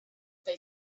they